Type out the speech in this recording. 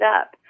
up